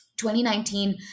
2019